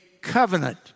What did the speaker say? covenant